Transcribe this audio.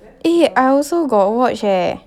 eh I also got watch eh